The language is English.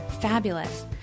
fabulous